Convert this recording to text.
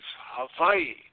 Hawaii